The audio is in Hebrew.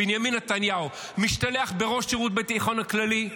בנימין נתניהו, משתלח בראש שירות הביטחון הכללי?